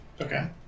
Okay